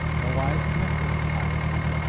nowise connected with piracy,